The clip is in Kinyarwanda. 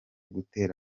gutera